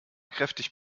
kräftig